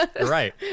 Right